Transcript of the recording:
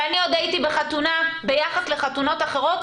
ואני עוד הייתי בחתונה סולידית מאוד ביחס לחתונות אחרות,